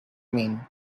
mean